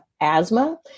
asthma